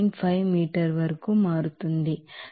5 మీటర్లకు మారుతుంది